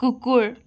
কুকুৰ